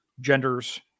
genders